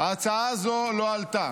ההצעה הזו לא עלתה.